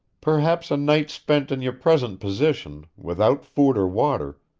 perhaps a night spent in your present position, without food or water,